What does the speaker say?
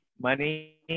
money